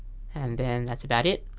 and then that's about it.